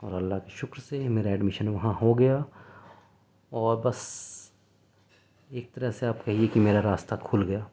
اور اللہ کے شکر سے میرا ایڈمیشن وہاں ہو گیا اور بس ایک طرح سے آپ کہیے کہ میرا راستہ کھل گیا